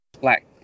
Black